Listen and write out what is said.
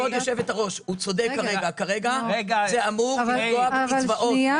זה אמור לפגוע בקצבאות.